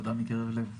תודה מקרב לב.